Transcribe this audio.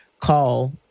call